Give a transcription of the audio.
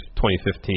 2015